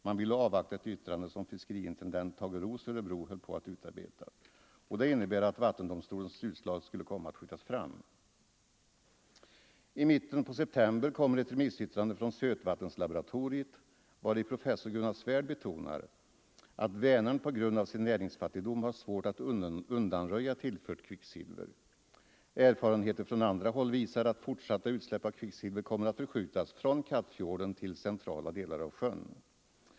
Man ville avvakta ett yttrande som fiskeriintendent Tage Roos, Örebro, höll på att utarbeta. Det innebar att vattendomstolens utslag skulle komma att skjutas fram. I mitten på september kom från Sötvattenslaboratoriet ett remissyttrande, vari professor Gunnar Svärd betonade att Vänern på grund av sin näringsfattigdom har svårt att ”undanröja” tillfört kvicksilver. Erfarenheter från andra håll visar att fortsatta utsläpp av kvicksilver kommer att förskjutas från Kattfjorden till centrala delar av sjön.